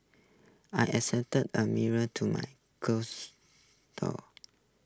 I A mirror to my closet door